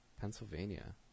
Pennsylvania